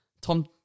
Tom